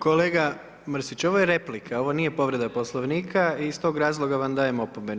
Kolega Mrsić, ovo je replika ovo nije povreda poslovnika i iz tog razloga vam dajem opomenu.